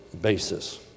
basis